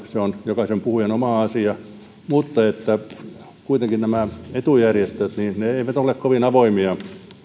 se on jokaisen puhujan oma asia mutta kuitenkaan nämä etujärjestöt eivät ole kovin avoimia